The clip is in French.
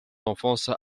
enfance